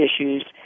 issues